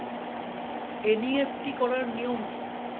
NEFT করার নিয়ম কী?